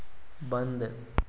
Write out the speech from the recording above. बंद